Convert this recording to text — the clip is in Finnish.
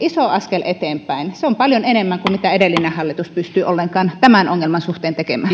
iso askel eteenpäin se on paljon enemmän kuin mitä edellinen hallitus pystyi ollenkaan tämän ongelman suhteen tekemään